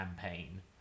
campaign